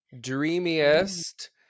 dreamiest